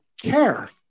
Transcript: care